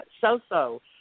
so-so